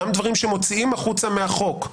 גם דברים שמוציאים החוצה מהחוק,